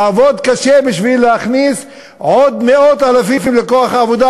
תעבוד קשה בשביל להכניס עוד מאות אלפים לכוח העבודה,